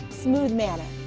smooth manner.